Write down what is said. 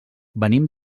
venim